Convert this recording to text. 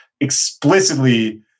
explicitly